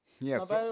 Yes